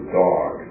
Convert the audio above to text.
dog